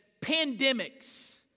pandemics